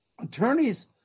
attorneys